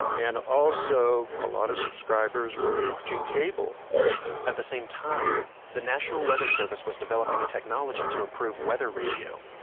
and also, a lot of subscribers were watching cable cable at the same time, the national weather service was developing a technology to improve weather radio.